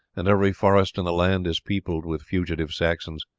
and every forest in the land is peopled with fugitive saxons.